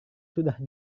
sudah